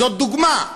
זאת דוגמה,